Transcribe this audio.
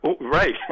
Right